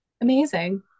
Amazing